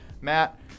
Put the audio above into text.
Matt